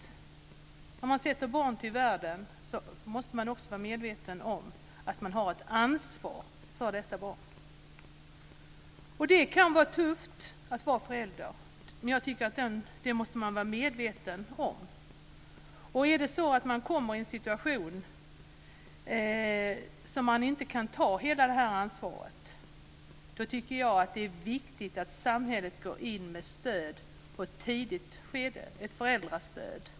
När man sätter barn till världen måste man också vara medveten om att man har ett ansvar för dessa barn. Det kan vara tufft att vara förälder. Det måste man vara medveten om. Är det så att föräldrarna kommer i en situation där de inte kan ta hela ansvaret är det viktigt att samhället går in med stöd i ett tidigt skede, ett föräldrastöd.